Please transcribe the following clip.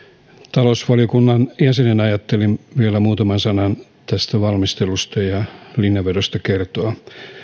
talousvaliokunnan jäsenenä ajattelin vielä muutaman sanan tästä valmistelusta ja linjanvedosta kertoa